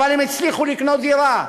אבל הם הצליחו לקנות דירה,